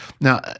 Now